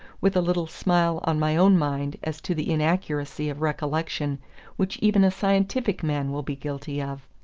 with a little smile on my own mind as to the inaccuracy of recollection which even a scientific man will be guilty of.